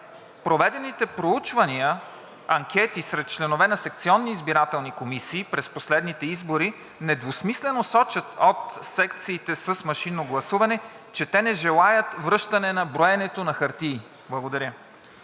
проведените проучвания, анкети сред членове на секционни избирателни комисии през последните избори недвусмислено сочат от секциите с машинно гласуване, че те не желаят връщане на броенето на хартии. Благодаря.